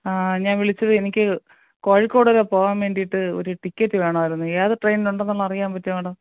ആ ഞാൻ വിളിച്ചതെ എനിക്ക് കോഴിക്കോട് വരെ പോകാൻ വേണ്ടിയിട്ട് ഒരു ടിക്കറ്റ് വേണമായിരുന്നു ഏത് ട്രെയിൻ ഉണ്ട് എന്ന് ഒന്ന് അറിയാൻ പറ്റുമോ മേടം